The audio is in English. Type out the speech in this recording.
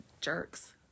Jerks